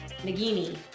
Nagini